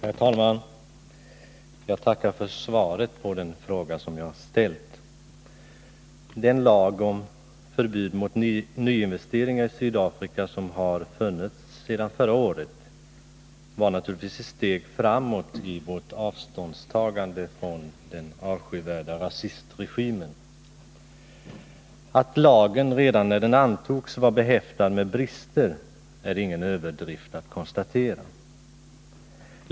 Herr talman! Jag tackar för svaret på den fråga som jag har ställt. Den lag om förbud mot nyinvesteringar i Sydafrika som har funnits sedan förra året var naturligtvis ett steg framåt i vårt avståndstagande från den avskyvärda rasistregimen. Det är ingen överdrift att konstatera att lagen redan när den antogs var behäftad med brister.